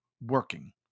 working